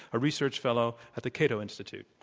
a research fellow at the cato institute